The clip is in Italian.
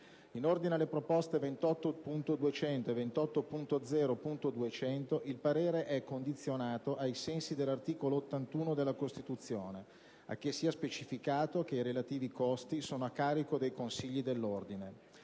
In ordine alle proposte 28.200 e 28.0.200 il parere è condizionato, ai sensi dell'articolo 81 della Costituzione, a che sia specificato che i relativi costi sono a carico dei consigli dell'Ordine.